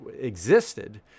existed